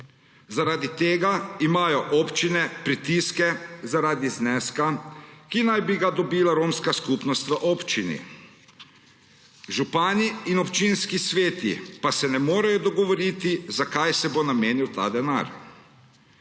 Zaradi tega imajo občine pritiske zaradi zneska, ki naj bi ga dobila romska skupnost v občini. Župani in občinski sveti pa se ne morejo dogovoriti, za kaj se bo namenil ta denar.